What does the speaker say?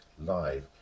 live